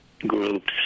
groups